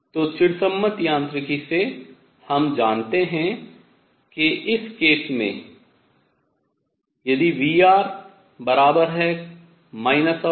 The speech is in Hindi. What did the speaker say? तो चिरसम्मत यांत्रिकी से हम जानते हैं कि इस केस में यदि V बराबर है kr के